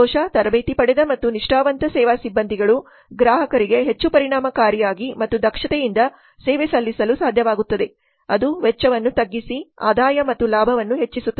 ಸಂತೋಷ ತರಬೇತಿ ಪಡೆದ ಮತ್ತು ನಿಷ್ಠಾವಂತ ಸೇವಾ ಸಿಬ್ಬಂದಿಗಳು ಗ್ರಾಹಕರಿಗೆ ಹೆಚ್ಚು ಪರಿಣಾಮಕಾರಿಯಾಗಿ ಮತ್ತು ದಕ್ಷತೆಯಿಂದ ಸೇವೆ ಸಲ್ಲಿಸಲು ಸಾಧ್ಯವಾಗುತ್ತದೆ ಅದು ವೆಚ್ಚವನ್ನು ತಗ್ಗಿಸಿ ಆದಾಯ ಮತ್ತು ಲಾಭವನ್ನು ಹೆಚ್ಚಿಸುತ್ತದೆ